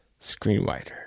screenwriter